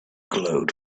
glowed